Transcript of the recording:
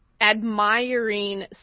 admiring